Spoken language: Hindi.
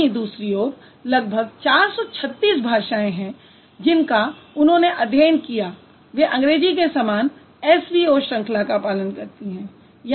वहीं दूसरी ओर लगभग 436 भाषाएँ जिनका उन्होंने अध्ययन किया वे अंग्रेज़ी के समान SVO श्रंखला का पालन करती हैं